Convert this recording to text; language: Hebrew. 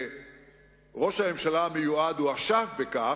וראש הממשלה המיועד הוא אשף בכך,